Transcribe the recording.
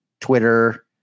Twitter